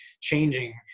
changing